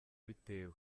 bitewe